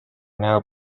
now